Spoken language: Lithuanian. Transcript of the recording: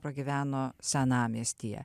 pragyveno senamiestyje